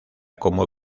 como